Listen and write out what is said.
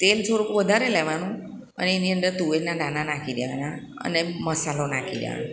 તેલ થોડુંક વધારે લેવાનું અને એની અંદર તુવેર દાના નાખી દેવાના અને મસાલો નાખી દેવાનો